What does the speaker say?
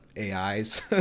ai's